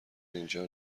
اینجا